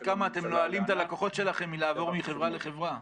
השאלה היא עד כמה אתם נועלים את הלקוחות שלכם מלעבור מחברה לחברה.